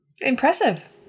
Impressive